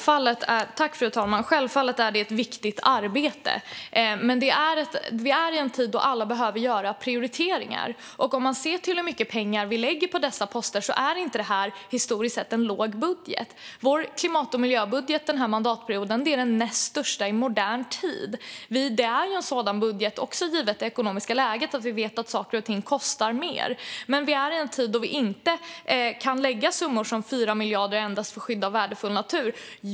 Fru talman! Självfallet är det ett viktigt arbete, men vi är i en tid då alla behöver göra prioriteringar. Om vi ser till hur mycket pengar vi lägger på dessa poster är detta historiskt sett inte en låg budget. Vår klimat och miljöbudget denna mandatperiod är den näst största i modern tid. Det är en sådan budget även givet det ekonomiska läget, då vi vet att saker och ting kostar mer, men vi är i en tid då vi inte kan lägga summor som 4 miljarder enbart på skydd av värdefull natur.